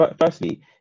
Firstly